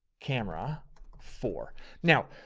camera for now.